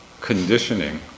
conditioning